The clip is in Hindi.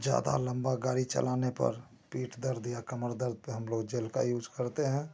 ज़्यादा लम्बा गाड़ी चलाने पर पीठ दर्द या कमर दर्द में हम लोग जेल का यूज करते हैं